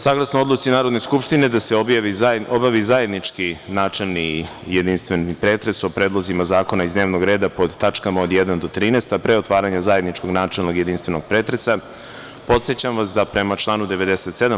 Saglasno odluci Narodne skupštine da se obavi zajednički načelni i jedinstveni pretres o predlozima zakona iz dnevnog reda pod tačkama od 1. do 13, a pre otvaranja zajedničkog načelnog jedinstvenog pretresa, podsećam vas da, prema članu 97.